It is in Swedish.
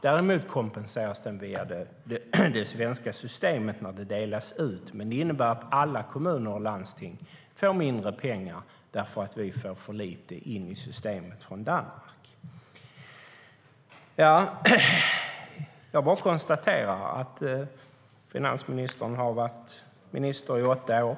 Däremot kompenseras den via det svenska systemet när det hela delas ut, men det innebär att alla kommuner och landsting får mindre pengar eftersom vi får för lite in i systemet från Danmark. Jag konstaterar att finansministern har varit minister i åtta år.